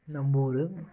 நம்மூரு